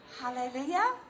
Hallelujah